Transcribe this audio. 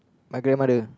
my grandmother